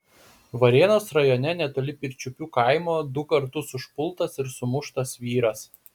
varėnos rajone netoli pirčiupių kaimo du kartus užpultas ir sumuštas vyras